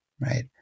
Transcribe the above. right